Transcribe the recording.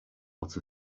out